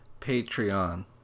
Patreon